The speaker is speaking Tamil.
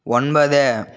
ஒன்பது